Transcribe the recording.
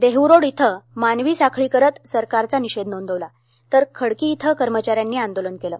देहरोड येथे मानवी साखळी करत सरकारचा निषेध नोंदवला तर खडकी येथे कर्मचाऱ्यांनी आंदोलन केले